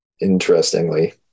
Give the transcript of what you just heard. Interestingly